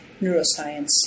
neuroscience